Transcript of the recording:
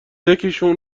یکیشون